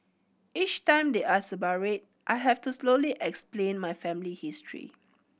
each time they ask about it I have to slowly explain my family history